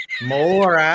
More